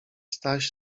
staś